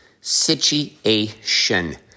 situation